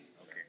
Okay